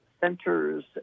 centers